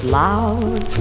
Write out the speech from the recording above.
loud